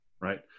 right